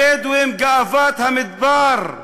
הבדואים גאוות המדבר,